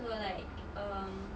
so like um